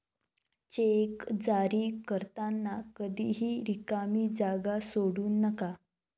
check जारी करताना कधीही रिकामी जागा सोडू नका